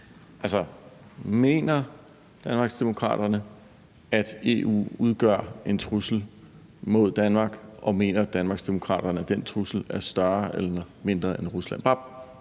Mener Danmarksdemokraterne, at EU udgør en trussel mod Danmark, og mener Danmarksdemokraterne, at den trussel er større eller mindre end truslen